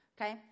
okay